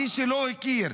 מי שלא הכיר,